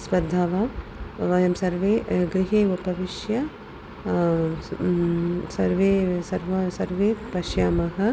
स्पर्धा वा वयं सर्वे गृहे उपविश्य सर्वे सर्वं सर्वे पश्यामः